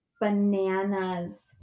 bananas